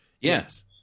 Yes